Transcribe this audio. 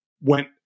went